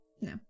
No